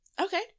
Okay